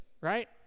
right